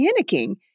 panicking